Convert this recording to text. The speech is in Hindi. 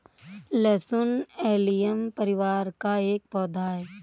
लहसुन एलियम परिवार का एक पौधा है